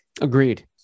Agreed